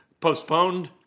postponed